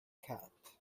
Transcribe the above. cat